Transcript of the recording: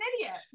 idiot